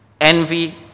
envy